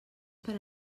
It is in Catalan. per